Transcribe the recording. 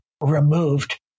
removed